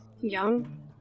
Young